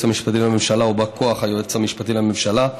המשפטי לממשלה" או "בא כוח היועץ המשפטי לממשלה"